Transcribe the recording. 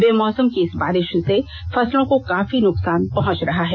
बेमौसम की इस बारिष से फसलों को काफी नुकसान पहुंच रहा है